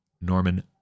Norman